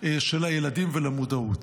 של הילדים ולמודעות.